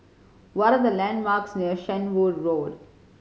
what are the landmarks near Shenvood Road